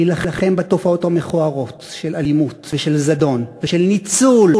להילחם בתופעות המכוערות של אלימות ושל זדון ושל ניצול,